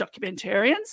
documentarians